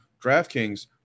DraftKings